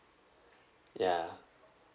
ya